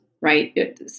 right